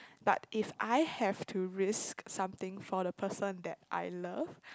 but if I have to risk something for the person that I love